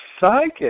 psychic